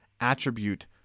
attribute